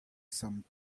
some